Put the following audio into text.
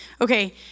Okay